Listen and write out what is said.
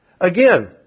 Again